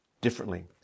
differently